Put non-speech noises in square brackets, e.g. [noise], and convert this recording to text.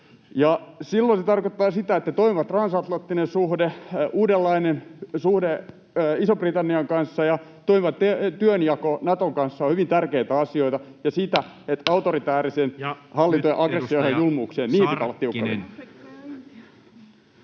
silloin se tarkoittaa sitä, että toimiva transatlanttinen suhde, uudenlainen suhde Ison-Britannian kanssa ja toimiva työnjako Naton kanssa ovat hyvin tärkeitä asioita, ja sitä, [noise] että autoritääriseen hallintoon, aggressioon ja julmuuksiin